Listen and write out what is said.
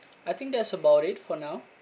I think that's about it for now